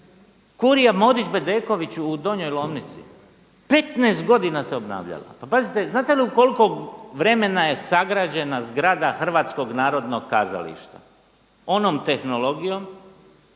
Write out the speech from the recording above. kurija Modić-Bedeković u Donjoj Lomnici. 15 godina se obnavljala. Pazite, znate li u koliko vremena je sagrađena zgrada Hrvatskog narodnog kazališta onom tehnologijom